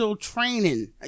Training